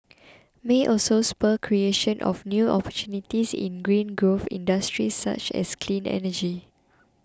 may also spur creation of new opportunities in green growth industries such as clean energy